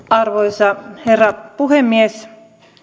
arvoisa herra puhemies